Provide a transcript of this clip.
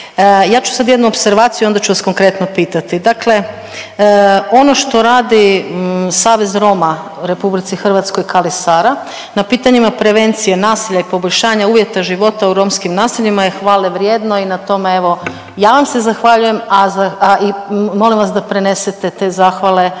Ja ću sada jednu opservaciju onda ću vas konkretno pitati. Dakle, ono što radi Savez Roma u RH KALI SARA na pitanjima prevencije nasilje i poboljšanje uvjeta života u romskim naseljima je hvale vrijedno i na tome evo ja vam se zahvaljujem, a i molim vas da prenesete te zahvale